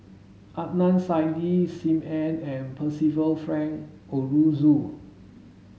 Adnan Saidi Sim Ann and Percival Frank Aroozoo